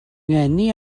ngeni